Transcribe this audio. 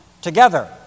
together